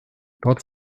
dort